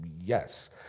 yes